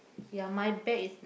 ya my bag is